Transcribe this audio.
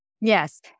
yes